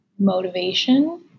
motivation